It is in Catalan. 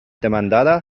demandada